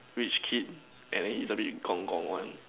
rich kid and then is a bit Gong-Gong one